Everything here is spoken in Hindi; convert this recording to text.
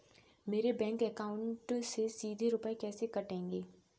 मेरे बैंक अकाउंट से सीधे रुपए कैसे कटेंगे?